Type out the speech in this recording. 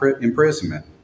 imprisonment